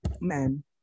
men